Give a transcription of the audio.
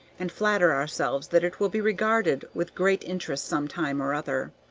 and flatter ourselves that it will be regarded with great interest some time or other.